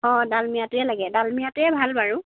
অঁ ডালমিয়াটোৱে লাগে ডালমিয়াটোৱে ভাল বাৰু